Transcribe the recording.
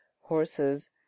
horses